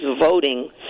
voting